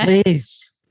please